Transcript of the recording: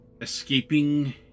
escaping